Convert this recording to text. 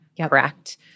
correct